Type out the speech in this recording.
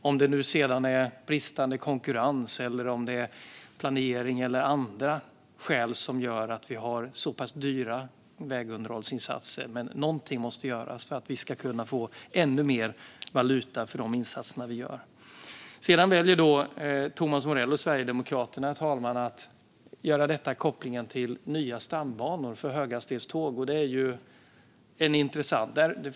Oavsett om det är bristande konkurrens, planering eller andra skäl som gör att vi har så pass dyra vägunderhållsinsatser måste något göras för att vi ska få ännu mer valuta för de insatser vi gör. Thomas Morell och Sverigedemokraterna väljer att koppla ihop det med nya stambanor för höghastighetståg. Det är intressant.